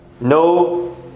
No